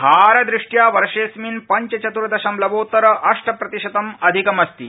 भारदृष्ट्या वर्षेड़स्मिन् पंच चतुर दशमलवोत्तर अष्टप्रतिशतम् अधिकमस्ति